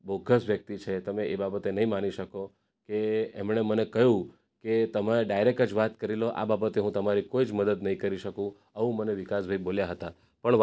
bogus વ્યક્તિ છે તમે એ બાબતે નહીં માની શકો કે એમણે મને કહ્યું કે તમે ડાઇરેક્ટ જ વાત કરી લો આ બાબતે હું તમારી કોઈ જ મદદ નહીં કરી શકું આવું મને વિકાસભાઈ બોલ્યા હતા પણ વા